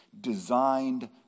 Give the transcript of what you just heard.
designed